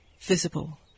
visible